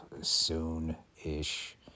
soon-ish